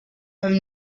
from